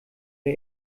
der